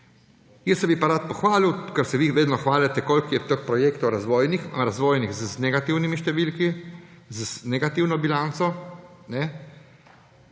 Jaz bi se pa rad pohvalil, ker se vi vedno hvalite, koliko je teh projektov razvojnih, razvojnih z negativnimi številkami, z negativno bilanco,